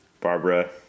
Barbara